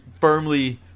firmly